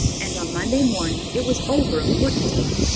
and on monday morning it was over a foot deep.